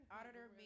Auditor